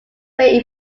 very